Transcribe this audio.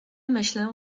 myślę